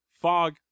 fog